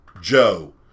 Joe